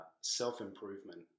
self-improvement